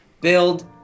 Build